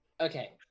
Okay